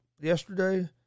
yesterday